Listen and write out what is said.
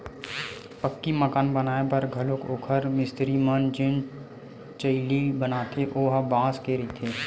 पक्की मकान बनाए बर घलोक ओखर मिस्तिरी मन जेन चइली बनाथे ओ ह बांस के रहिथे